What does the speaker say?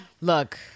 look